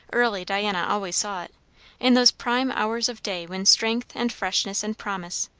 early, diana always saw it in those prime hours of day when strength, and freshness, and promise,